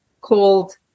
called